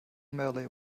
merely